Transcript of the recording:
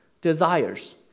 desires